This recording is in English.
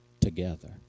together